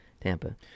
Tampa